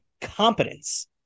competence